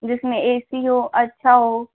जिसमें A C हो अच्छा हो